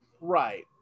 right